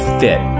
fit